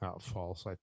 False